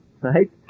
right